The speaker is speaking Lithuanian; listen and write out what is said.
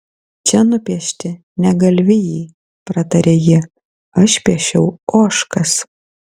čia nupiešti ne galvijai pratarė ji aš piešiau ožkas